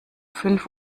fünf